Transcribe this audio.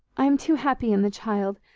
i am too happy in the child,